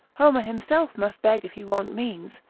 homer himself must beg if he want means,